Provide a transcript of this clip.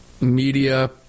media